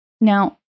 Now